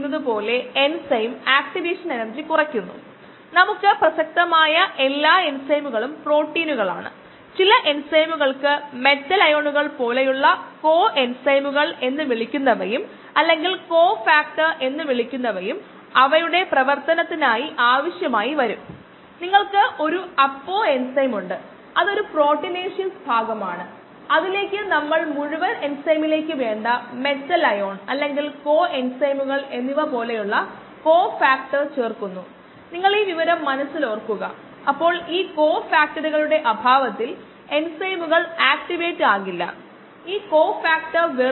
competitive ഇൻഹിബിഷന്റെ കാര്യത്തിൽ vm അതേപടി നിലനിൽക്കുന്നു അതേസമയം Km മാറുന്നു